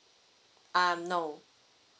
um no